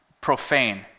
profane